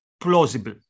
plausible